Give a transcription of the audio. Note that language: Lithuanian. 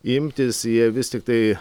imtis jie vis tiktai